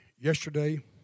yesterday